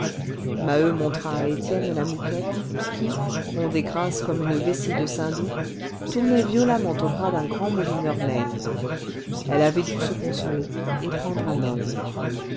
maheu montra à étienne la mouquette qui ronde et grasse comme une vessie de saindoux tournait violemment aux bras d'un grand moulineur maigre elle avait dû se consoler et prendre un homme